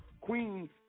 Queen